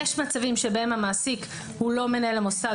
יש מצבים שבהם המעסיק הוא לא מנהל המוסד.